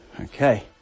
okay